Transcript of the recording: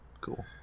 Cool